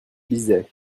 lisais